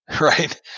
right